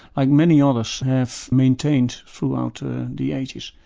like many others, have maintained throughout ah and the ages.